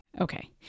Okay